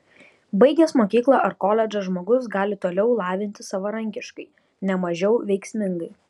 baigęs mokyklą ar koledžą žmogus gali toliau lavintis savarankiškai ne mažiau veiksmingai